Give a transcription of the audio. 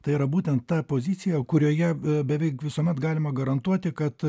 tai yra būtent ta pozicija kurioje beveik visuomet galima garantuoti kad